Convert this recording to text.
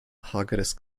hageres